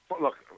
Look